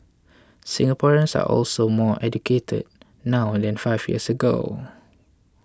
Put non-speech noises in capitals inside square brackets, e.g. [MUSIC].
Singaporeans are also more educated now [HESITATION] than five years ago